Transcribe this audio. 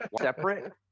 separate